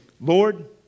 Lord